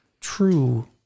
true